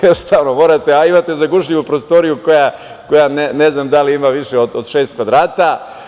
Jednostavno, morate, a imate zagušljivu prostoriju koja ne znam da li ima više od šest kvadrata.